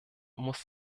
muss